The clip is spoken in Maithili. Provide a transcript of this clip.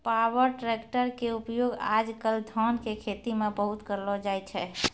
पावर ट्रैक्टर के उपयोग आज कल धान के खेती मॅ बहुत करलो जाय छै